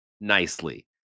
nicely